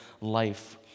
life